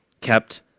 kept